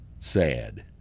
sad